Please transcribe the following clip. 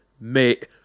mate